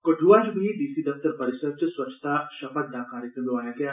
कठुआ च B D C दफतर परिसर च स्वच्छता शपथ दा कार्यक्रम लोआया गेआ